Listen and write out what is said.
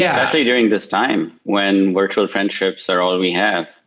yeah especially during this time when virtual friendships are all we have.